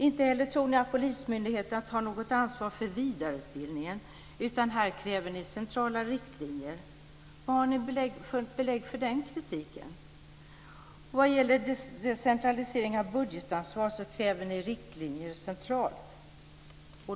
Inte heller tror ni att polismyndigheterna tar något ansvar för vidareutbildningen, utan här kräver ni centrala riktlinjer. Vad har ni för belägg för den kritiken? Vad gäller decentralisering av budgetansvar kräver ni riktlinjer centralt.